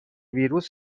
ویروس